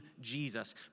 Jesus